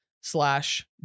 slash